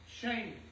shame